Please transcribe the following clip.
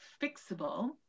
fixable